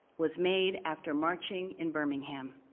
was made after marching in birmingham,